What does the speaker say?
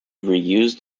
reused